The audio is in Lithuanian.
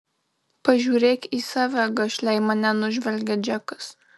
pažiūrėk į save gašliai mane nužvelgia džekas